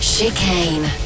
Chicane